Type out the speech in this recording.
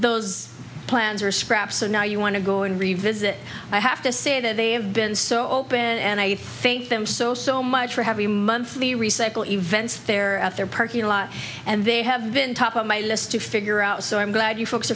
those plans are scrap so now you want to go and revisit i have to say that they have been so open and i thank them so so much for having a monthly recycle events there at their parking lot and they have been top of my list to figure out so i'm glad you folks